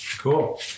Cool